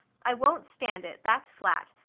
i won't stand it, that's flat!